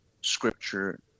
scripture